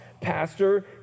pastor